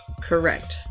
correct